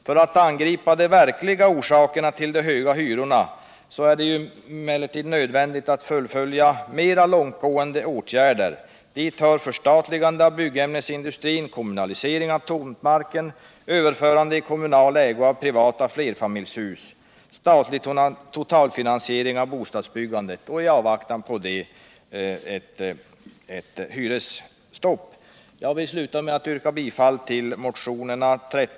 För att angripa de verkliga orsakerna till de höga hyrorna är det nödvändigt att fullfölja mera långtgående åtgärder. Dit hör förstatligande av byggämnesindustrin, kommunalisering av tomtmarken, överförande i kommunal ägo av privata flerfamiljshus, statlig totalfinansiering av bostadsbyggandet och i avvaktan på detta ett hyresstopp. den det ej vill röstar nej. den det ej vill röstar nej. den det ej vill röstar nej. den det ej vill röstar nej.